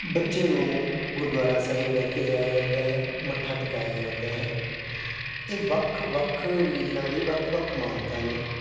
ਬੱਚੇ ਨੂੰ ਗੁਰਦੁਆਰਾ ਸਾਹਿਬ ਲੈ ਕੇ ਜਾਇਆ ਜਾਂਦਾ ਹੈ ਮੱਥਾ ਟਿਕਾਇਆ ਜਾਂਦਾ ਹੈ ਇਹ ਵੱਖ ਵੱਖ ਰਿਲੀਜ਼ਨਾਂ ਦੀ ਵੱਖ ਵੱਖ ਮਾਨਤਾ ਨੇ